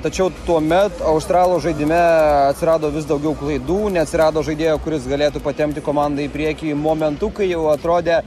tačiau tuomet australų žaidime atsirado vis daugiau klaidų neatsirado žaidėjo kuris galėtų patempti komandą į priekį momentu kai jau atrodė